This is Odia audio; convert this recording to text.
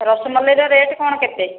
ରସମଲେଇର ରେଟ କଣ କେତେ